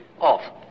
off